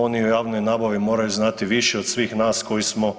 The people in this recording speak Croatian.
Oni o javnoj nabavi moraju znati više od svih nas koji smo